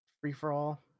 free-for-all